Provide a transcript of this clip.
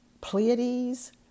Pleiades